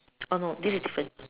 oh no this is different